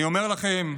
אני אומר לכם: